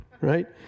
right